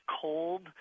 cold